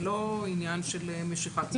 זה לא עניין של משיכת קולמוס.